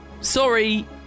Sorry